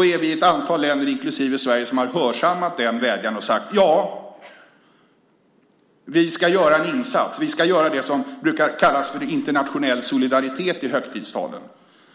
Vi är ett antal länder, inklusive Sverige, som har hörsammat denna vädjan och sagt att vi ska göra en insats. Vi ska göra det som i högtidstalen brukar kallas för internationell solidaritet.